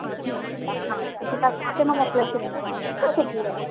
हा ठीकु आहे रखांव थी तव्हांखे मां मोकिले छॾींदीमाव ठीकु आहे सुबुह जो